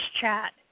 chat